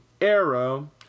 Arrow